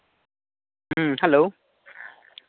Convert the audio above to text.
ᱦᱮᱸ ᱦᱮᱞᱳ